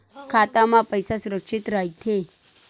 खाता मा पईसा सुरक्षित राइथे?